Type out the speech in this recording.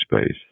space